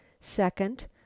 Second